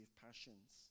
passions